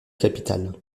capitale